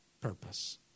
purpose